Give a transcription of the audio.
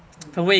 mm